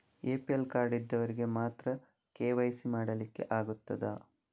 APL card ಇದ್ದವರಿಗೆ ಮಾತ್ರ KYC ಮಾಡಲಿಕ್ಕೆ ಆಗುತ್ತದಾ?